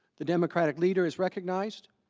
the democratic leader is recognized.